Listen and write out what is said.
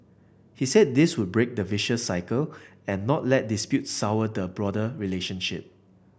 he said this would break the vicious cycle and not let dispute sour the broader relationship